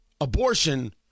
Abortion